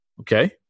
Okay